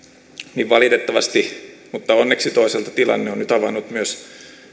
niin valitettavasti mutta onneksi toisaalta tilanne on nyt avannut myös